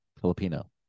Filipino